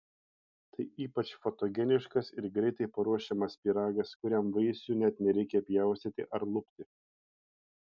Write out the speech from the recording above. tai ypač fotogeniškas ir greitai paruošiamas pyragas kuriam vaisių net nereikia pjaustyti ar lupti